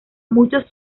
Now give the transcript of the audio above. muchos